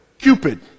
Cupid